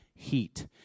heat